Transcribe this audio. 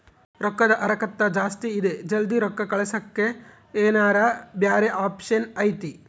ರೊಕ್ಕದ ಹರಕತ್ತ ಜಾಸ್ತಿ ಇದೆ ಜಲ್ದಿ ರೊಕ್ಕ ಕಳಸಕ್ಕೆ ಏನಾರ ಬ್ಯಾರೆ ಆಪ್ಷನ್ ಐತಿ?